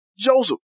Joseph